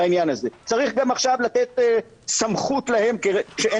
צריך גם עכשיו לתת להם סמכות כשאין